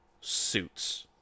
suits